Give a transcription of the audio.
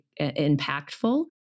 impactful